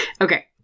okay